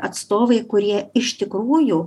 atstovai kurie iš tikrųjų